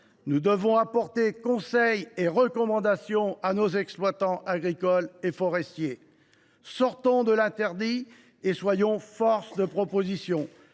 Nous devons apporter conseils et recommandations à nos exploitants agricoles et forestiers. Sortons de l’interdit et soyons force de proposition.